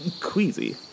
Queasy